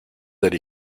allé